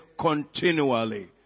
continually